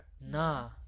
nah